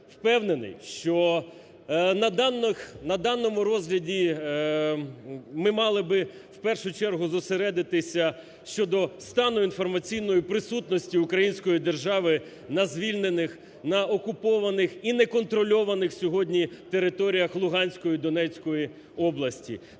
Впевнений, що на даному розгляді ми мали б в першу чергу зосередитися щодо стану інформаційної присутності української держави на звільнених, на окупованих і неконтрольованих сьогодні територіях Луганської і Донецької області.